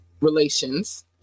relations